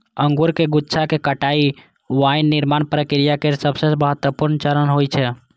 अंगूरक गुच्छाक कटाइ वाइन निर्माण प्रक्रिया केर सबसं महत्वपूर्ण चरण होइ छै